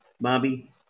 Bobby